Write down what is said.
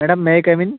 madam may I come in